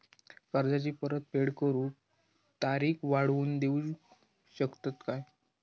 कर्जाची परत फेड करूक तारीख वाढवून देऊ शकतत काय?